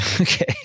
Okay